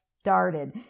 started